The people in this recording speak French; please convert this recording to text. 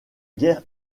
guerre